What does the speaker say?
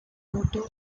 otto